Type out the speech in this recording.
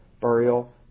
burial